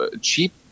cheap